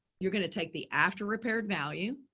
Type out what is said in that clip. you're going to take the after repaired value.